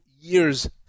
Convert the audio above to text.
years